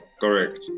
correct